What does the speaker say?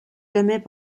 jamais